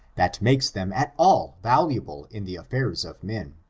that makes them at all valu able in the affairs of men.